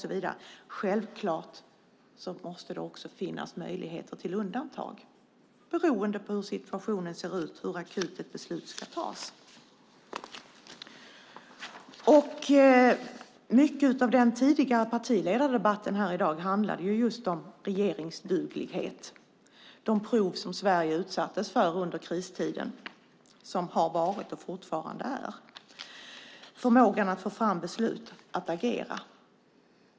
Det måste självfallet också finnas möjligheter till undantag beroende på hur situationen ser ut och hur akut det är att ett beslut fattas. Mycket av den tidigare partiledardebatten här i dag handlade just om regeringsduglighet och de prov som Sverige utsattes för under den kristid som har varit och fortfarande pågår. Det handlar om förmågan att få fram beslut och agera.